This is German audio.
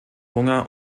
hunger